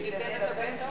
הוא חיתן את הבן שלו.